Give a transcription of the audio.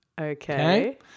Okay